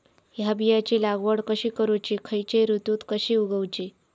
हया बियाची लागवड कशी करूची खैयच्य ऋतुत कशी उगउची?